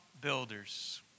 builders